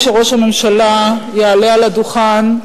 כשראש הממשלה יעלה על הדוכן,